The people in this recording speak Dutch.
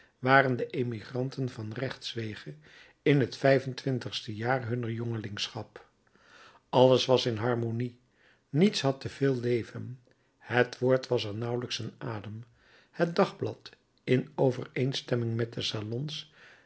waren de emigranten van rechtswege in het vijf-en-twintigste jaar hunner jongelingschap alles was in harmonie niets had te veel leven het woord was er nauwelijks een adem het dagblad in overeenstemming met de salons